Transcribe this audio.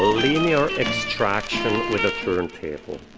linear extraction with a turntable.